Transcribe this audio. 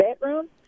bedroom